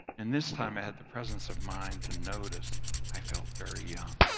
and this time i had the presence of mind to notice i felt very young.